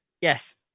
Yes